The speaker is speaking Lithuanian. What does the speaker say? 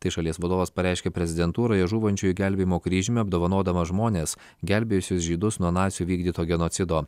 tai šalies vadovas pareiškė prezidentūroje žūvančiųjų gelbėjimo kryžiumi apdovanodamas žmones gelbėjusius žydus nuo nacių įvykdyto genocido